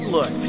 Look